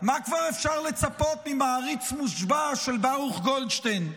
מה כבר אפשר לצפות ממעריץ מושבע של ברוך גולדשטיין.